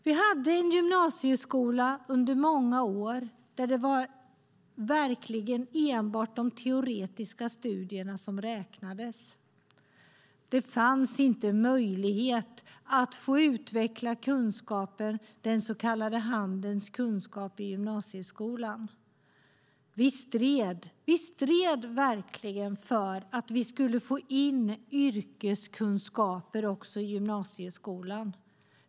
Vi hade en gymnasieskola under många år där det var enbart de teoretiska studierna som räknades. Det fanns inte möjlighet att få utveckla den så kallade handens kunskap i gymnasieskolan. Vi stred verkligen för att vi skulle få in yrkeskunskaper också i gymnasieskolan.